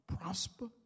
prosper